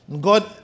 God